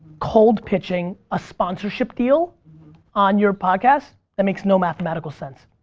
cold pitching a sponsorship deal on your podcast that makes no mathematical sense.